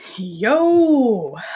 Yo